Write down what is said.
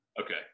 Okay